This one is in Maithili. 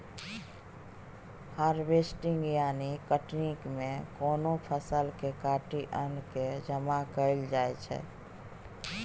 हार्वेस्टिंग यानी कटनी मे कोनो फसल केँ काटि अन्न केँ जमा कएल जाइ छै